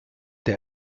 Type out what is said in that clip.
der